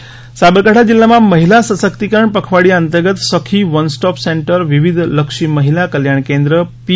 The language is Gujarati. મહિલા કાનૂની દિવસ સાબરકાંઠા જિલ્લામાં મહિલા સશક્તિકરણ પખવાડીયા અંતર્ગત સખી વન સ્ટોપ સેન્ટર વિવિધલક્ષી મહિલા કલ્યાણ કેન્દ્ર પી